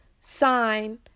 sign